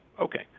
Okay